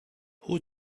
who